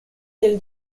del